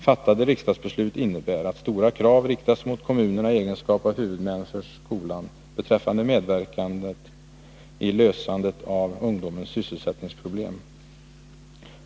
Fattade riksdagsbeslut innebär att stora krav riktas mot kommunerna i egenskap av huvudmän för skolan beträffande medverkan i lösandet av ungdomens sysselsättningsproblem.